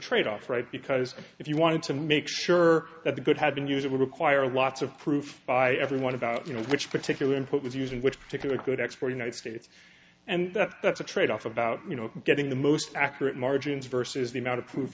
tradeoff right because if you wanted to make sure that the good had been used it would require lots of proof by everyone about you know which particular input was using which particular good export united states and that's a trade off about you know getting the most accurate margins versus the amount of pro